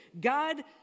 God